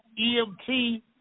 EMT